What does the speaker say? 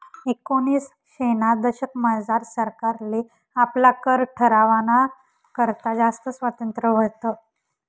एकोनिसशेना दशकमझार सरकारले आपला कर ठरावाना करता जास्त स्वातंत्र्य व्हतं